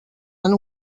han